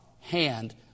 hand